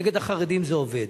נגד החרדים, זה עובד.